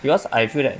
because I feel that